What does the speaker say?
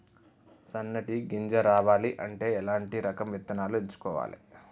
సన్నటి గింజ రావాలి అంటే ఎలాంటి రకం విత్తనాలు ఎంచుకోవాలి?